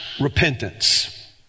repentance